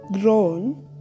grown